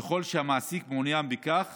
ככל שהמעסיק מעוניין בכך